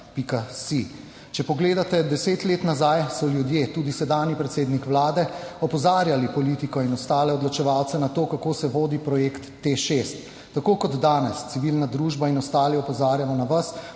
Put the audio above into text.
Če pogledate deset let nazaj, so ljudje, tudi sedanji predsednik Vlade, opozarjali politiko in ostale odločevalce na to, kako se vodi projekt TEŠ 6. Tako kot danes civilna družba in ostali opozarjamo na vas,